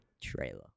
trailer